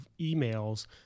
emails